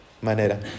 manera